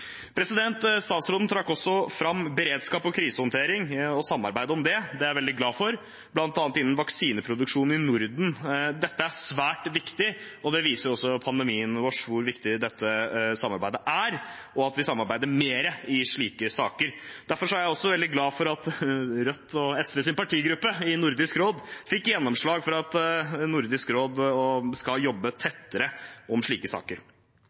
Statsråden trakk også fram beredskap og krisehåndtering og samarbeid om det – det er jeg veldig glad for – bl.a. innen vaksineproduksjon i Norden. Dette er svært viktig, og pandemien viser oss også hvor viktig dette samarbeidet er, og at vi samarbeider mer i slike saker. Derfor er jeg veldig glad for at Rødt og SVs partigruppe i Nordisk råd fikk gjennomslag for at Nordisk råd skal jobbe tettere med slike saker.